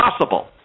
possible